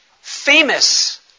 famous